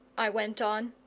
i went on.